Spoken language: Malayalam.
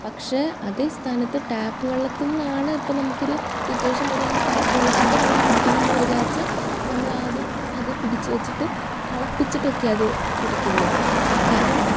പക്ഷേ അതേ സ്ഥാനത്ത് ടാപ്പ് വെള്ളത്തിന്നാണ് ഇപ്പം നമുക്കൊരു സിറ്റുവേഷൻ വരുവാണ് ടാപ്പ് വെള്ളത്തിൽത്തെ വെള്ളം കുടിക്കണംന്ന് വര്വാച്ചാ നമ്മളാദ്യം അത് പിടിച്ച് വെച്ചിട്ട് തിളപ്പിച്ചിട്ടക്കയാത് കുടിക്കുള്ളു കാരണം അത്രേം